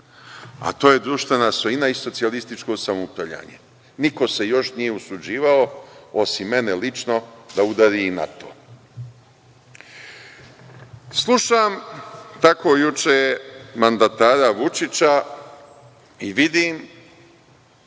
a to je društvena svojina i socijalističko samoupravljanje. Niko se još nije usuđivao, osim mene lično, da udari i na to. Slušam tako juče mandatara Vučića i vidim